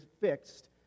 fixed